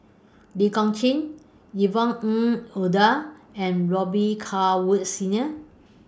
Lee Kong Chian Yvonne Ng Uhde and Robet Carr Woods Senior